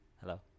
Hello